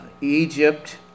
Egypt